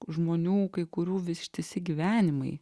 žmonių kai kurių ištisi gyvenimai